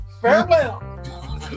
farewell